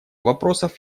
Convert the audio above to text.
вопросов